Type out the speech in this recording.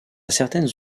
certaines